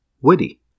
witty